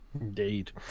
Indeed